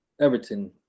everton